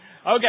Okay